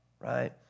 right